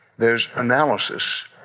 there's analysis.